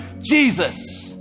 Jesus